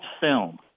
film